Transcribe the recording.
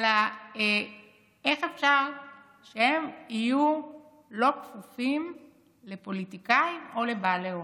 איך אפשר שהם יהיו לא כפופים לפוליטיקאים או לבעלי הון?